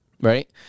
Right